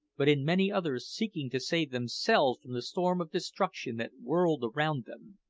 but in many others seeking to save themselves from the storm of destruction that whirled around them.